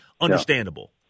understandable